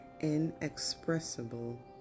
inexpressible